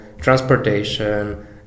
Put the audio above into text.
transportation